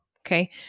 Okay